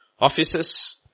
offices